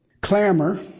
Clamor